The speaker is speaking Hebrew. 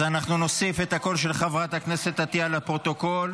אז אנחנו נוסיף את הקול של חברת הכנסת עטייה לפרוטוקול.